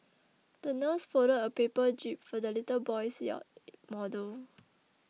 the nurse folded a paper jib for the little boy's yacht model